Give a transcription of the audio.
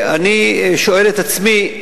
אני שואל את עצמי: